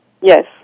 Yes